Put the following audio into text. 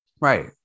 Right